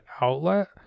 outlet